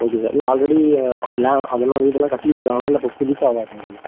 okay sir இல்லை already land அதெல்லாம் வீடெல்லாம் கட்டிக்கிட்ருக்காங்களா இல்லை இப்போ புதுசாவாக சார்